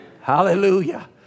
Hallelujah